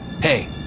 Hey